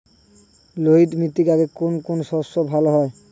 লোহিত মৃত্তিকাতে কোন কোন শস্য ভালো হয়?